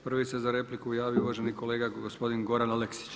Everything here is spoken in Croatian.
Prvi se za repliku javio uvaženi kolega gospodin Goran Aleksić.